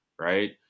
right